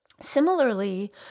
Similarly